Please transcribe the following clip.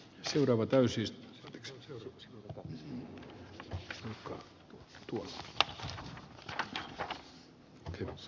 seuraava täysistä tutuksi niin sanottu a bros